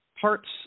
parts